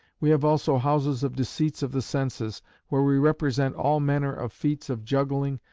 we have also houses of deceits of the senses where we represent all manner of feats of juggling,